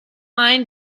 mind